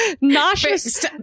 Nauseous